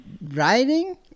riding